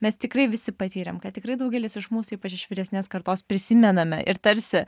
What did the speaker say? mes tikrai visi patyrėm ką tikrai daugelis iš mūsų ypač vyresnės kartos prisimename ir tarsi